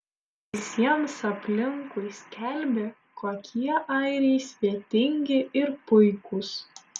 visiems aplinkui skelbė kokie airiai svetingi ir puikūs